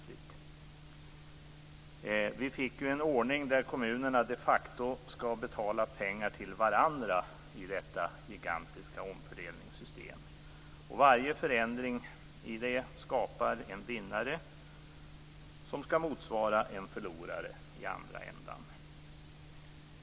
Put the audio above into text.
Vi fick en ordning där kommunerna de facto skall betala pengar till varandra i detta gigantiska omfördelningssystem. Varje förändring i det skapar en vinnare som skall motsvara en förlorare i andra ändan.